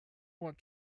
want